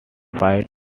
fight